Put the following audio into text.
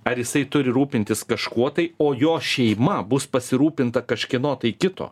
ar jisai turi rūpintis kažkuo tai o jo šeima bus pasirūpinta kažkieno tai kito